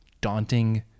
daunting